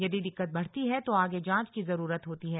यदि दिक्कत बढ़ती है तो आगे जांच की जरूरत होती है